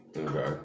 Okay